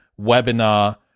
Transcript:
webinar